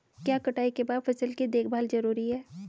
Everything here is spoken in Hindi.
क्या कटाई के बाद फसल की देखभाल जरूरी है?